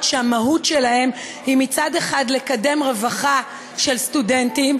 שהמהות שלהם היא מצד אחד לקדם רווחה של סטודנטים,